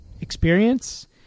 experience